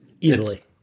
Easily